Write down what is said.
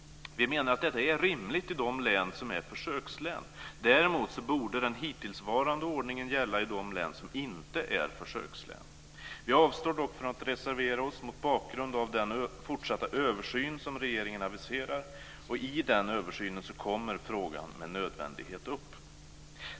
Vi menar att detta är rimligt i de län som är försökslän. Däremot borde den hittillsvarande ordningen gälla i de län som inte är försökslän. Vi avstår dock från att reservera oss mot bakgrund av den fortsatta översyn som regeringen aviserar. I den översynen kommer frågan med nödvändighet upp.